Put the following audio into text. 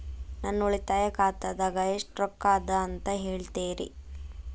ನನ್ನ ಉಳಿತಾಯ ಖಾತಾದಾಗ ಎಷ್ಟ ರೊಕ್ಕ ಅದ ಅಂತ ಹೇಳ್ತೇರಿ?